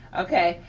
okay,